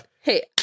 hey